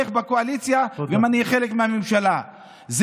הוחלט לקבל מתווה שהוצע להם על ידי הממשלה,